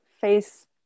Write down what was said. face